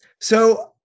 So-